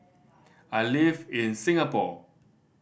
I live in Singapore